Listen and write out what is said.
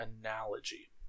analogy